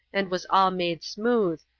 and was all made smooth,